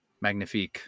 Magnifique